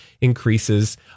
increases